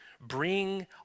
bring